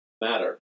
matter